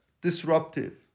disruptive